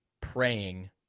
praying